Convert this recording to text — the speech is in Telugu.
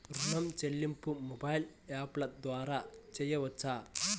ఋణం చెల్లింపు మొబైల్ యాప్ల ద్వార చేయవచ్చా?